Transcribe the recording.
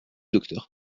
docteur